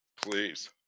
please